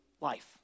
life